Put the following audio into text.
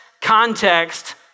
context